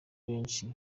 benshi